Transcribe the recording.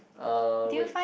uh wait